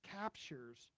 captures